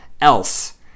else